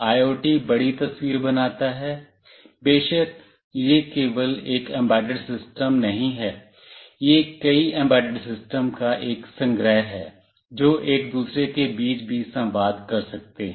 IoT बड़ी तस्वीर बनाता है बेशक यह केवल एक एम्बेडेड सिस्टम नहीं है यह कई एम्बेडेड सिस्टम का एक संग्रह है जो एक दूसरे के बीच भी संवाद कर सकते हैं